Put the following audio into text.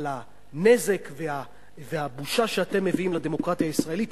אבל הנזק והבושה שאתם מביאים לדמוקרטיה הישראלית,